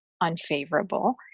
unfavorable